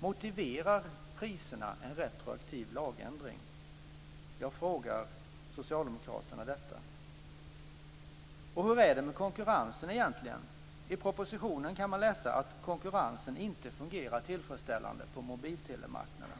Motiverar priserna en retroaktiv lagändring? Jag frågar socialdemokraterna detta. Hur är det egentligen med konkurrensen? I propositionen kan man läsa att konkurrensen inte fungerar tillfredsställande på mobiltelemarknaden.